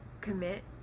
commit